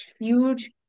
huge